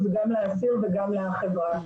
גם לאסיר וגם לחברה.